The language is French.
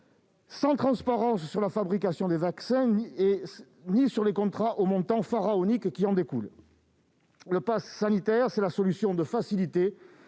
sans transparence sur la fabrication des vaccins, pas plus que sur les contrats aux montants pharaoniques qui en découlent. Le passe sanitaire, c'est la solution de facilité